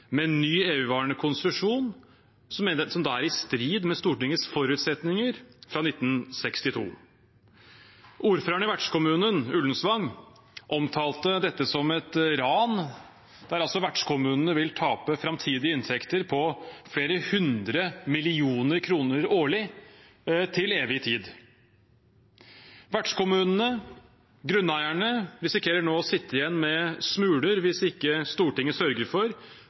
med ny, evigvarende konsesjon, som da er i strid med Stortingets forutsetninger fra 1962. Ordføreren i vertskommunen Ullensvang omtalte dette som et ran, der vertskommunene vil tape framtidige inntekter på flere hundre millioner kroner årlig til evig tid. Vertskommunene, grunneierne, risikerer nå å sitte igjen med smuler, hvis ikke Stortinget sørger for